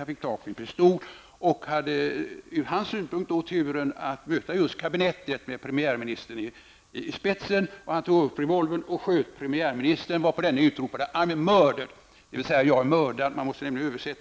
Han hade fått tag i en pistol och hade ur sin synpunkt turen att möta kabinettet med premiärministern i spetsen. Straffången tog upp sin revolver och sköt premiärministern, som då utropade: ''I am murdered'' . Om denna händelse berättades